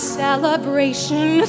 celebration